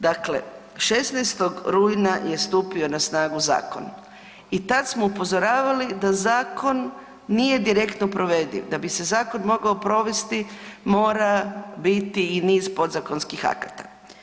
Dakle, 16. rujna je stupio na snagu zakon i tad smo upozoravali da zakon nije direktno provediv, da bi se zakon mogao provesti mora biti i niz podzakonskih akata.